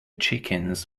chickens